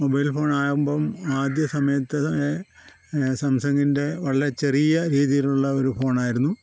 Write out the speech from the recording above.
mobile ഫോണാവുമ്പം ആദ്യ സമയത്ത് സാംസങ്ങിൻ്റെ വളരെ ചെറിയ രീതിയിലുള്ള ഒരു ഫോണായിരുന്നു